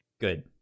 good